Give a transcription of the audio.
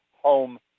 home